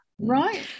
Right